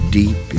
deep